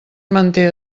manté